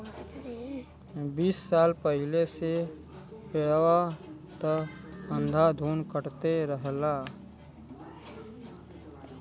बीस साल पहिले से पेड़वा त अंधाधुन कटते रहल